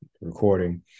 recording